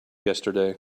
yesterday